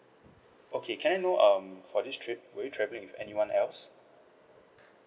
okay can I know um for this trip were you travelling with anyone else